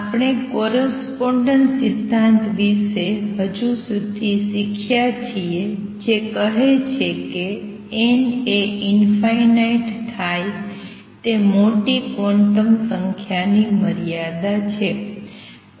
આપણે કોરસ્પોંડેન્સ સિધ્ધાંત વિશે હજી સુધી શીખ્યા છીએ જે કહે છે કે n એ ઇંફાઇનાઇટ થાય તે મોટી ક્વોન્ટમ સંખ્યાની મર્યાદા છે